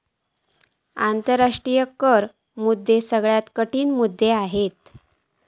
आंतराष्ट्रीय कर मुद्दे सगळ्यात कठीण मुद्दे असत